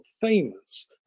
famous